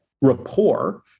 rapport